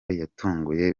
yatunguye